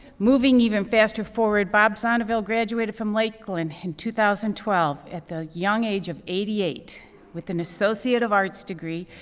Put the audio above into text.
moving even faster forward, bob zonneville graduated from lakeland in two thousand and twelve at the young age of eighty eight with an associate of arts degree,